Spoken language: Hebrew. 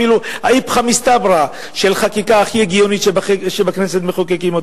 אפילו האיפכא מסתברא של חקיקה הכי הגיונית שבכנסת מחוקקים,